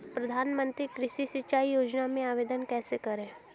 प्रधानमंत्री कृषि सिंचाई योजना में आवेदन कैसे करें?